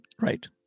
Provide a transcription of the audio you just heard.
Right